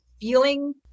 feeling